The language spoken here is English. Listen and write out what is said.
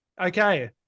Okay